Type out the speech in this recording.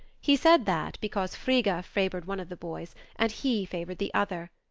he said that because frigga favored one of the boys and he favored the other.